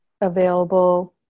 available